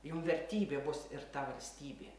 jum vertybė bus ir ta valstybė